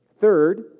Third